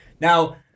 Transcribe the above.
Now